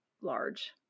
large